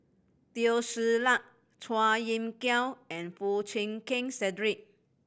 Teo Ser Luck Chua Kim Yeow and Foo Chee Keng Cedric